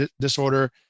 disorder